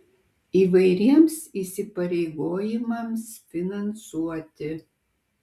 įvairiems įsipareigojimams finansuoti